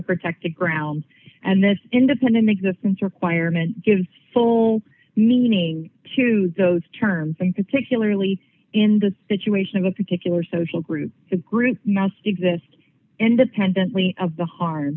protected ground and this independent existence requirement gives full meaning to those terms think particularly in the situation of a particular social group the group must exist independently of the harm